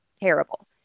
terrible